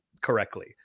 correctly